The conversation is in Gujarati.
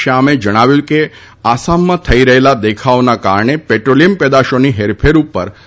શ્યામે જણાવ્યું છે કે આસામમાં થઇ રહેલા દેખાવોના કારણે પેટ્રોલિયમ પેદાશોની હેરફેર ઉપર અસર થઇ છે